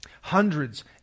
hundreds